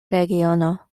regiono